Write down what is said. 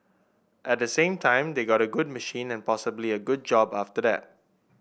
at the same time they got a good machine and possibly a good job after that